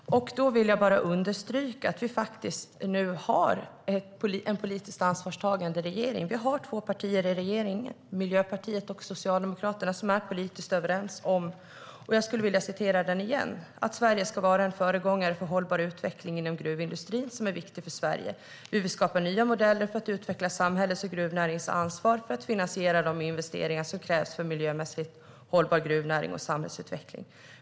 Herr talman! Då vill jag bara understryka att vi nu har en politiskt ansvarstagande regering. Vi har två partier i regeringen, Miljöpartiet och Socialdemokraterna, som är politiskt överens om att - och jag vill citera igen - "Sverige ska vara en föregångare för hållbar utveckling inom gruvindustrin, som är viktig för Sverige. Vi vill skapa nya modeller för att utveckla samhällets och gruvnäringens ansvar för att finansiera de investeringar som krävs för en miljömässigt hållbar gruvnäring och samhällsutveckling.